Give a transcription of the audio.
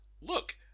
look